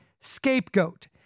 scapegoat